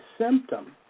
symptom